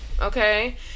okay